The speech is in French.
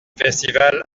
festival